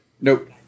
Nope